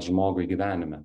žmogui gyvenime